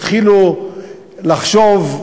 התחילו לחשוב,